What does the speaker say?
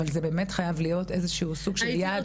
אבל זה באמת חייב להיות איזשהו סוג של יעד מרכזי.